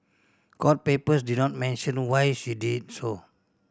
court papers did not mention why she did so